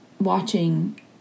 watching